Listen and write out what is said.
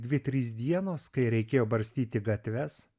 dvi trys dienos kai reikėjo barstyti gatves